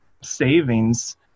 savings